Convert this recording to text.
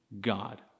God